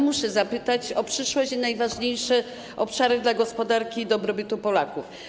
Muszę jednak zapytać o przyszłość i najważniejsze obszary dla gospodarki i dobrobytu Polaków.